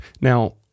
Now